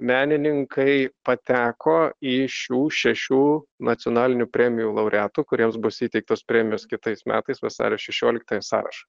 menininkai pateko į šių šešių nacionalinių premijų laureatų kuriems bus įteiktos premijos kitais metais vasario šešioliktąją sąrašą